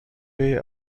way